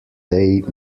day